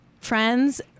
friends